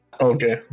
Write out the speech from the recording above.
Okay